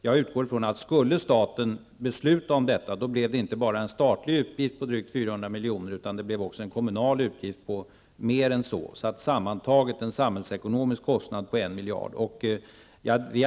Jag utgår ifrån att om staten skulle fatta ett sådant beslut, så blev det inte bara en statlig utgift på drygt 400 milj.kr., utan det skulle också medföra en kommunal utgift på mer än så. Den samhällsekonomiska kostnaden skulle sammantaget bli 1 miljard.